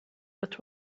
but